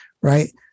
right